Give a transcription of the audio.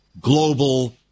global